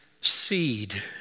seed